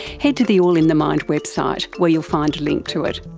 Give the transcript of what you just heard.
head to the all in the mind website where you'll find a link to it.